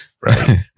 Right